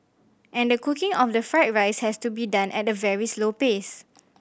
and the cooking of the fried rice has to be done at a very slow pace